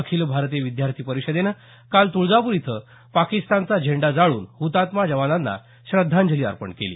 अखिल भारतीय विद्यार्थी परिषदेनं काल तुळजापूर इथं पाकिस्तानचा झेंडा जाळून हुतात्मा जवानांना श्रद्धांजली अर्पण केली